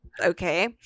Okay